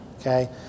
Okay